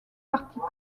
partis